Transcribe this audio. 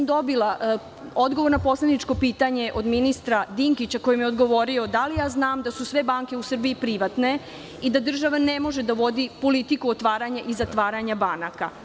Dobila sam odgovor na poslaničko pitanje od ministra Dinkića koji mi je odgovorio da li ja znam da su sve banke u Srbiji privatne i da država ne može da vodi politiku otvaranja i zatvaranja banaka.